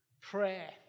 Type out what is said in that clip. prayer